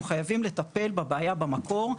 אנחנו חייבים לטפל בבעיה במקור,